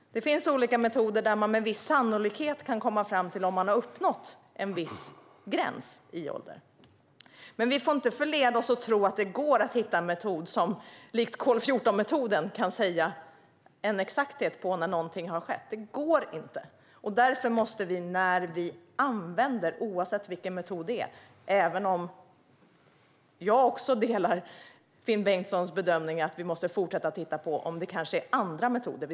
Det finns olika metoder där man med viss sannolikhet kan komma fram till om man har uppnått en viss gräns i ålder, men vi får inte förledas till att tro att det går att hitta en metod som likt kol-14-metoden kan säga med exakthet när något har skett. Det går inte! Jag delar Finn Bengtssons bedömning att vi därför måste när vi använder en metod - oavsett vilken den är - fortsätta att titta på om det finns andra metoder.